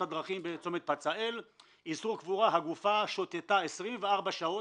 הדרכים בצומת פצאל - הגופה שוטטה 24 שעות,